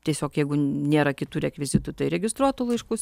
tiesiog jeigu nėra kitų rekvizitų tai registruotu laišku